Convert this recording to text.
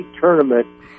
tournament